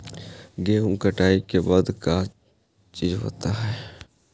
गेहूं कटाई के बाद का चीज होता है?